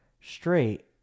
straight